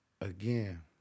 again